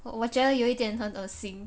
我我觉得有一点很恶心